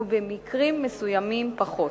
ובמקרים מסוימים פחות.